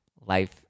life